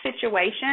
situation